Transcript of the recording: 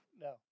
no